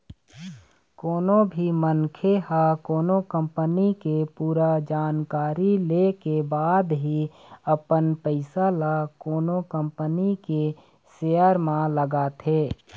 कोनो भी मनखे ह कोनो कंपनी के पूरा जानकारी ले के बाद ही अपन पइसा ल कोनो कंपनी के सेयर म लगाथे